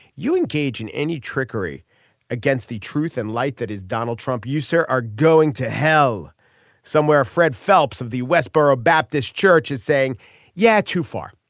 you engage in any trickery against the truth and light that is donald trump. you sir are going to hell somewhere fred phelps of the westboro baptist church is saying yeah too far.